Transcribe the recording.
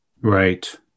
right